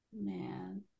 man